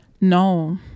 no